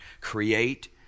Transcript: create